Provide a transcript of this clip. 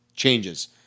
changes